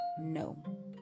no